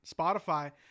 spotify